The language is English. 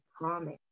promise